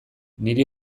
niri